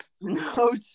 No